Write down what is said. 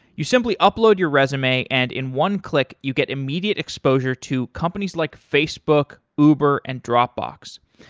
you simply upload your resume and in one click you get immediate exposure to companies like facebook, uber and dropbox.